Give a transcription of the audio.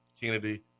Kennedy